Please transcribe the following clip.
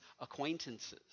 acquaintances